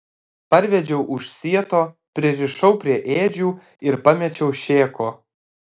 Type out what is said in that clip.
parvedžiau už sieto pririšau prie ėdžių ir pamečiau šėko